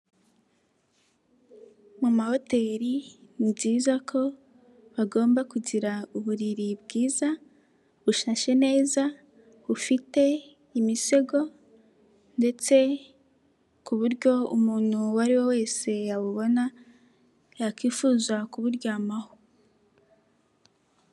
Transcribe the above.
Mu mahoteri ni byiza ko bagomba kugira uburiri bwiza, bushashe neza, bufite imisego ndetse ku buryo umuntu uwo ari we wese yabubona yakwifuza kuburyamaho.